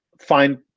find